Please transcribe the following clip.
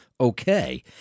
okay